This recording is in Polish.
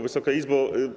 Wysoka Izbo!